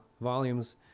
volumes